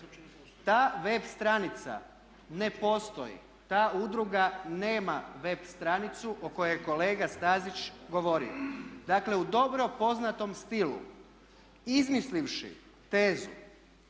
Ta web stranica ne postoji, ta udruga nema web stranicu o kojoj je kolega Stazić govorio. Dakle u dobro poznatom stilu izmislivši tezu